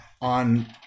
on